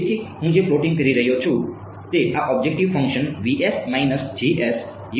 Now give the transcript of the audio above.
તેથી હું જે પ્લોટીંગ કરી રહ્યો છું તે આ ઓબ્જેક્ટીવ ફંકશન નું મૂલ્ય છે